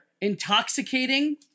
Intoxicating